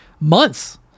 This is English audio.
months